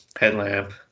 headlamp